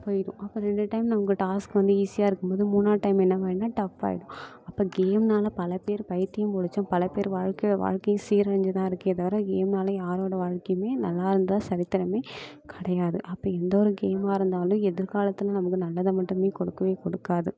போயிடும் அப்போ ரெண்டு டைம் நான் உங்கள் டாஸ்க் வந்து ஈஸியாக இருக்கும் போது மூணாவது டைம் என்னவாயிடும்னா டஃப்பாயிடும் அப்போ கேம்னால் பல பேர் பைத்தியம் பிடிச்சும் பல பேர் வாழ்க்கையை வாழ்க்கையும் சீரழிஞ்சுந்தான் இருக்கே தவிர கேம்னால் யாரோடய வாழ்க்கையுமே நல்லா இருந்ததாக சரித்திரமே கிடையாது அப்படி எந்த ஒரு கேமாக இருந்தாலும் எதிர்காலத்தில் நமக்கு நல்லதை மட்டுமே கொடுக்கவே கொடுக்காது